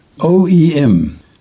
OEM